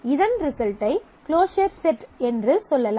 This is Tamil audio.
இதன் ரிசல்ட்டை க்ளோஸர் செட் என்று சொல்லலாம்